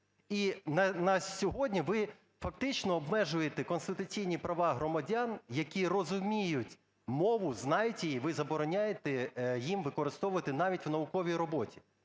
І на сьогодні ви фактично обмежуєте конституційні права громадян, які розуміють мову, знають її, ви забороняєте їм використовувати навіть в науковій роботі.